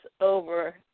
over